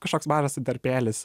kažkoks mažas intarpėlis